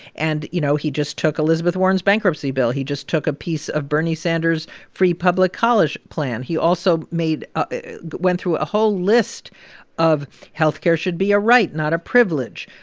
and, you know, he just took elizabeth warren's bankruptcy bill. he just took a piece of bernie sanders' free public college plan. he also made went through a whole list of health care should be a right, not a privilege.